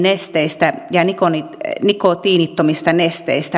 tavoite ja nikoni nikotiinitomista nesteistä